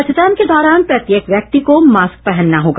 मतदान के दौरान प्रत्येक व्यक्ति को मास्क पहनना होगा